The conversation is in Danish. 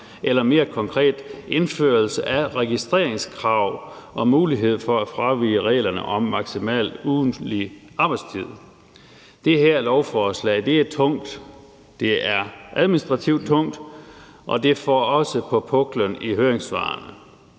handler det om indførelse af registreringskrav og mulighed for at fravige reglerne om maksimal ugentlig arbejdstid. Det her lovforslag er tungt, det er administrativt tungt, og det får også på puklen i høringssvarene.